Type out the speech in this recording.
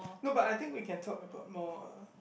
no but I think we can talk about more uh